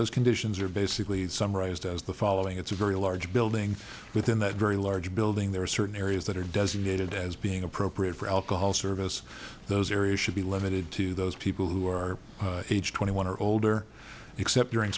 those conditions are basically summarized as the following it's a very large building within that very large building there are certain areas that are designated as being appropriate for alcohol service those areas should be limited to those people who are age twenty one or older except during